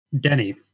denny